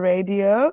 Radio